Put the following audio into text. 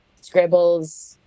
scribbles